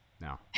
no